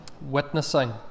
Witnessing